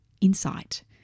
insight